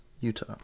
Utah